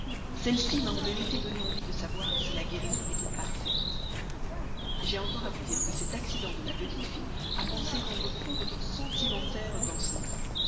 celle-ci m'a en vérité donné envie de savoir si la guérison était parfaite j'ai encore à vous dire que cet accident de la petite fille a pensé rendre fou votre sentimentaire danceny